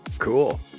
Cool